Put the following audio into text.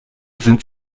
sind